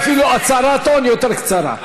אפילו הצהרת הון יותר קצרה.